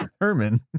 herman